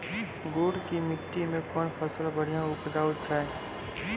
गुड़ की मिट्टी मैं कौन फसल बढ़िया उपज छ?